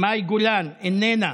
מאי גולן, איננה.